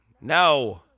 No